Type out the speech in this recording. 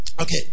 okay